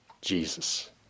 Jesus